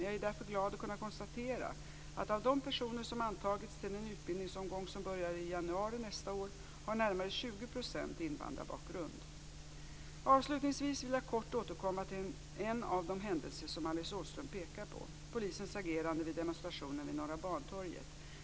Jag är därför glad att kunna konstatera att av de personer som antagits till den utbildningsomgång som börjar i januari nästa år har närmare Avslutningsvis vill jag kort återkomma till en av de händelser som Alice Åström pekar på, nämligen polisens agerande vid demonstrationen vid Norra Bantorget.